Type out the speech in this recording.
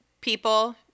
people